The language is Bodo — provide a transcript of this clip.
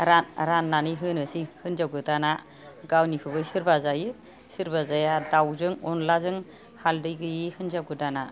राननानै होनोसै हिनजाव गोदाना गावनिखौबो सोरबा जायो सोरबा जाया दाउजों अनलाजों हालदै गैयै हिनजाव गोदाना